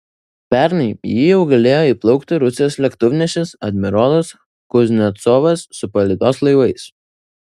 pernai į jį jau galėjo įplaukti rusijos lėktuvnešis admirolas kuznecovas su palydos laivais